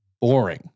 Boring